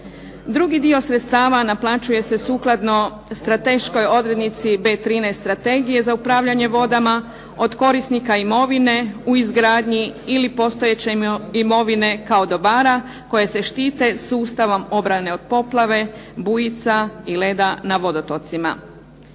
Drugi dio sredstava naplaćuje se sukladno strateškoj odrednici B13 strategije za upravljanje vodama od korisnika imovine u izgradnji ili postojeće imovine kao dobara koje se štite sustavom obrane od poplave, bujica i leda na vodotocima.